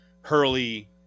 Hurley